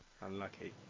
Unlucky